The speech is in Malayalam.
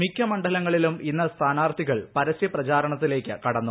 മിക്ക മണ്ഡലങ്ങളിലും ഇന്ന് സ്ഥാർത്ഥികൾ പരസ്യ പ്രചാരണത്തിലേക്ക് കടുന്നു